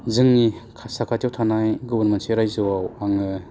जोंनि साखाथियाव थानाय गुबुन मोनसे रायजोआव आङो